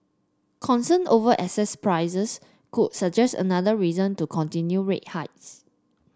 concern over asset prices could suggest another reason to continue rate hikes